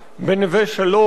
בנווה-שלום: